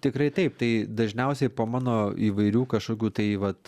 tikrai taip tai dažniausiai po mano įvairių kažkokių tai vat